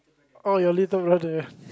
oh your little brother